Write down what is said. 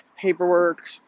paperwork